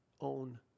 own